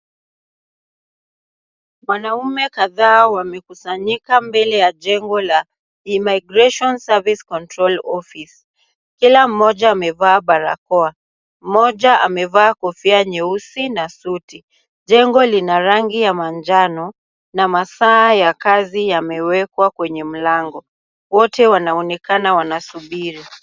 Wanaume kadhaa wamekusanyika mbele ya jengo la IMMIGRATION SERVICES CONTROL OFFICE kila mmoja amevaa barakoa, mmoja amevaa kofia nyeusi na suti, jengo lina rangi ya manjano na masaa ya kazi yamewekwa kwenye mlango, wote wanaonekana wana subiri.